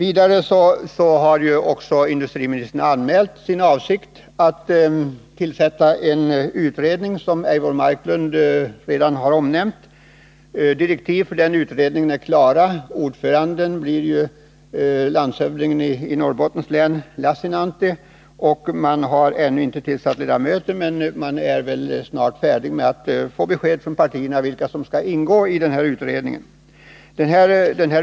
Industriministern har vidare, som Eivor Marklund redan nämnt, anmält sin avsikt att tillsätta en utredning. Direktiv för den utredningen är klara. Ordförande blir landshövdingen i Norrbottens län, Ragnar Lassinantti. Man har ännu inte tillsatt ledamöterna, men det förväntas besked snarast från partierna om vilka som skall ingå i utredningen.